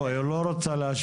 לא, היא לא רוצה להשוות.